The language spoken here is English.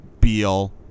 Beal